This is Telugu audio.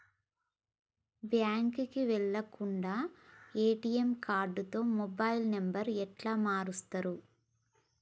బ్యాంకుకి వెళ్లకుండా ఎ.టి.ఎమ్ కార్డుతో మొబైల్ నంబర్ ఎట్ల మారుస్తరు?